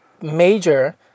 major